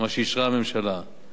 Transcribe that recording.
מה שאישרה הממשלה,